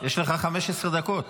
יש לך 15 דקות.